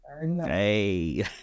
hey